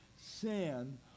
sin